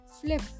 flip